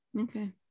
Okay